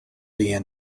began